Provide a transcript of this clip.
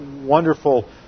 wonderful